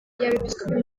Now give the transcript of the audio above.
y’abepisikopi